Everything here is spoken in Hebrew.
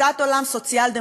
תפיסת עולם סוציאל-דמוקרטית,